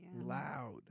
Loud